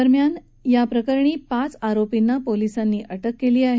दरम्यान याप्रकरणी पाच आरोपींना पोलिसांनी अटक केली आहे